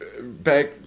back